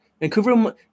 vancouver